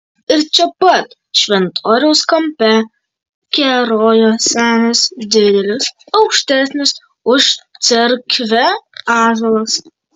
ir čia pat šventoriaus kampe kerojo senas didelis aukštesnis už cerkvę ąžuolas